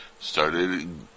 Started